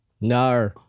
No